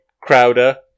crowder